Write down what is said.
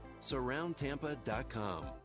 SurroundTampa.com